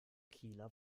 kieler